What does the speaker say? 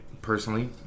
Personally